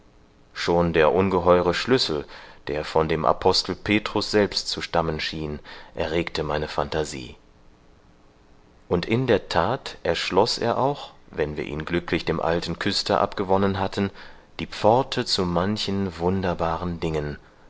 schon der ungeheure schlüssel der von dem apostel petrus selbst zu stammen schien erregte meine phantasie und in der tat erschloß er auch wenn wir ihn glücklich dem alten küster abgewonnen hatten die pforte zu manchen wunderbaren dingen